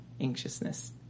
anxiousness